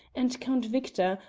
and count victor,